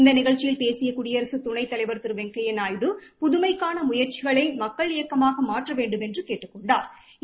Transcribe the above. இந்த நிகழ்ச்சியில் பேசிய குடியரசு துணைத்தலைவர் திரு வெங்கையா நாயுடு புதுமைக்கான முயற்சிகளை மக்கள் இயக்கமாக மாற்ற வேண்டுமென்று கேட்டுக் கொண்டாா்